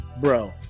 Bro